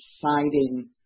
deciding